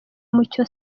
mucyo